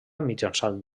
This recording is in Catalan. mitjançant